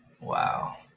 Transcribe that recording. Wow